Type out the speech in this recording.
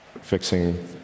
fixing